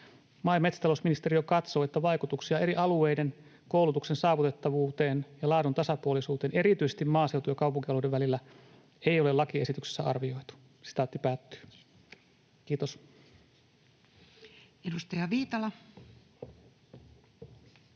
Maa- ja metsätalousministeriö katsoo, että vaikutuksia eri alueiden koulutuksen saavutettavuuteen ja laadun tasapuolisuuteen, erityisesti maaseutu- ja kaupunkialueiden välillä ei ole lakiesityksessä arvioitu.” — Kiitos. [Speech 172]